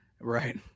Right